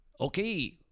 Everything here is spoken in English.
Okay